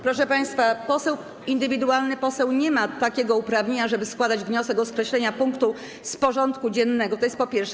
Proszę państwa, poseł indywidualnie nie ma takiego uprawnienia, żeby składać wniosek o skreślenie punktu z porządku dziennego - to po pierwsze.